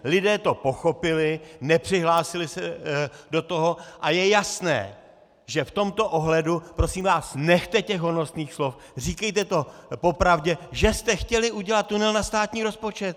Lidé to pochopili, nepřihlásili se do toho a je jasné, že v tomto ohledu prosím vás, nechte těch honosných slov, říkejte to po pravdě, že jste chtěli udělat tunel na státní rozpočet!